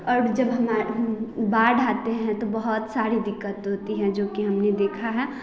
और जब बाढ़ आते हैं तो बहुत सारी दिक्कत होती है जो कि हमने देखा है